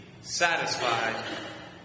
Satisfied